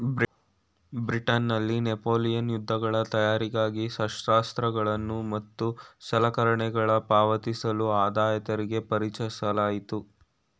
ಬ್ರಿಟನ್ನಲ್ಲಿ ನೆಪೋಲಿಯನ್ ಯುದ್ಧಗಳ ತಯಾರಿಗಾಗಿ ಶಸ್ತ್ರಾಸ್ತ್ರಗಳು ಮತ್ತು ಸಲಕರಣೆಗಳ್ಗೆ ಪಾವತಿಸಲು ಆದಾಯತೆರಿಗೆ ಪರಿಚಯಿಸಲಾಯಿತು